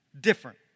different